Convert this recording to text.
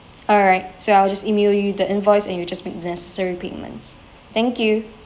alright so I'll just email you the invoice and you just make the necessary payments thank you